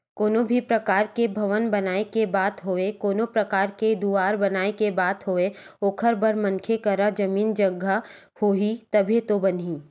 कोनो भी परकार के भवन बनाए के बात होवय कोनो परकार के घर दुवार बनाए के बात होवय ओखर बर मनखे करा जमीन जघा होही तभे तो बनही